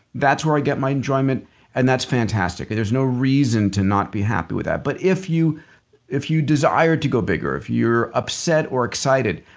that's where i get my enjoyment and that's fantastic. there's no reason to not be happy with that, but if you if you desire to go bigger, if you're upset or excited,